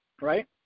right